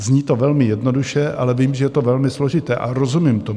Zní to velmi jednoduše, ale vím, že je to velmi složité, a rozumím tomu.